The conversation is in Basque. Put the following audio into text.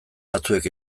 batzuek